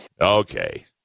okay